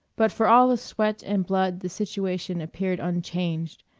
but for all the sweat and blood the situation appeared unchanged,